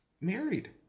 married